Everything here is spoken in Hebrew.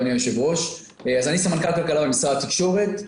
אדוני היושב-ראש, אני סמנכ"ל כלכלה במשרד התקשורת,